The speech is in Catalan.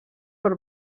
per